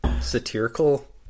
satirical